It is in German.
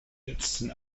letzten